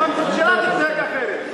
אם הממשלה תתנהג אחרת.